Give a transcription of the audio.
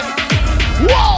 Whoa